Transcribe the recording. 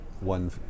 one